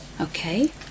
Okay